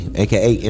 aka